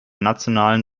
nationalen